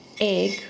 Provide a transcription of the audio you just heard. egg